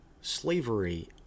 slavery